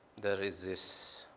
there is this.